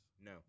No